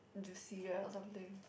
juicy ah or something